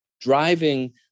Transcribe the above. driving